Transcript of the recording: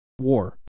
war